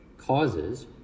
Causes